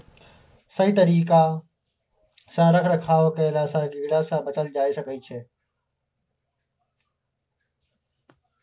सही तरिका सँ रख रखाव कएला सँ कीड़ा सँ बचल जाए सकई छै